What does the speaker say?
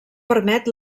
permet